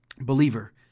Believer